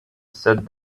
said